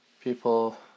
people